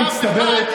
המשמעות המצטברת,